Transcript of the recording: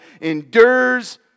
endures